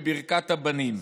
בברכת הבנים.